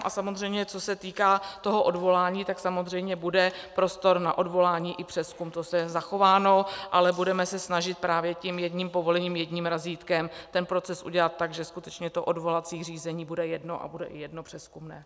A samozřejmě co se týká odvolání, tak bude prostor na odvolání i přezkum, to je zachováno, ale budeme se snažit právě tím jedním povolením, jedním razítkem ten proces udělat tak, že skutečně to odvolací řízení bude jedno a bude i jedno přezkumné.